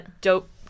dope